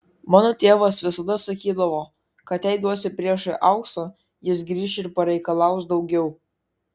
mano tėvas visada sakydavo kad jei duosi priešui aukso jis grįš ir pareikalaus daugiau